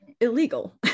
illegal